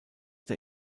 der